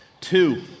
Two